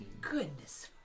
Goodness